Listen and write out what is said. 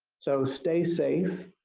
so stay safe.